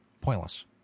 Pointless